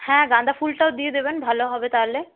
হ্যাঁ গাঁদা ফুলটাও দিয়ে দেবেন ভালো হবে তাহলে